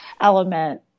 element